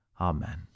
amen